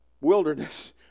wilderness